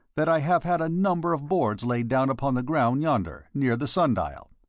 that i have had a number of boards laid down upon the ground yonder, near the sun-dial.